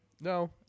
No